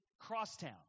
Crosstown